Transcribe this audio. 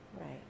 right